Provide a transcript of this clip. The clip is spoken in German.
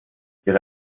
ihre